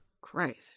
Christ